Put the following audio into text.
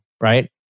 right